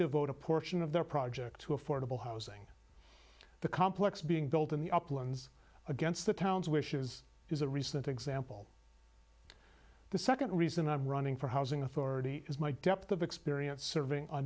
devote a portion of their project to affordable housing the complex being built in the uplands against the town's wishes is a recent example the second reason i'm running for housing authority is my depth of experience serving a